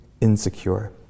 insecure